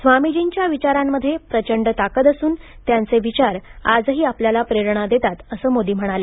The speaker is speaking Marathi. स्वामीजींच्या विचारांमध्ये प्रचंड ताकद असून त्यांचे विचार आजही आपल्याला प्रेरणा देतात असं मोदी म्हणाले